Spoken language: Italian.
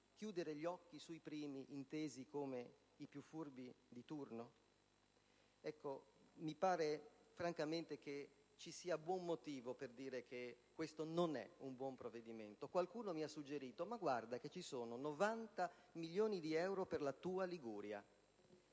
chiudere gli occhi sui primi, intesi come i più furbi di turno? Mi pare francamente che ci sia buon motivo per dire che questo non è un buon provvedimento. Qualcuno mi ha suggerito che ci sono 90 milioni di euro per la mia Liguria